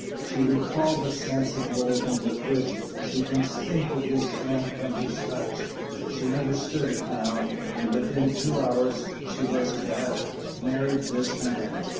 she recalled the sense of loathing with which she instinctively shrank from his touch she understood it now. and within two hours she was to have married this man!